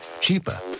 cheaper